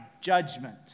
judgment